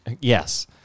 Yes